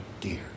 dear